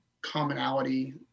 commonality